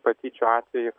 patyčių atveju